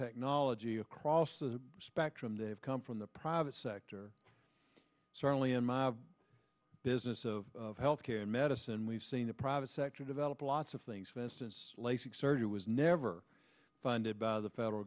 technology across the spectrum that have come from the private sector certainly in my business of health care medicine we've seen the private sector develop lots of things festus lasik surgery was never funded by the federal